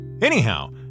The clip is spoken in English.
Anyhow